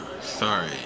sorry